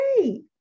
great